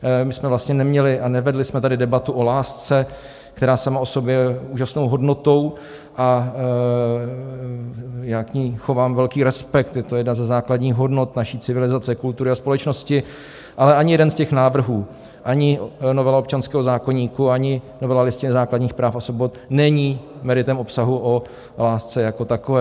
My jsme vlastně neměli a nevedli jsme tady debatu o lásce, která sama o sobě je úžasnou hodnotou, a já k ní chovám velký respekt, je to jedna ze základních hodnot naší civilizace, kultury a společnosti, ale ani jeden z těch návrhů, ani novela občanského zákoníku, ani novela Listiny základních práv a svobod, není meritem obsahu o lásce jako takové.